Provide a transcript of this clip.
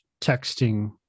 texting